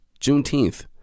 Juneteenth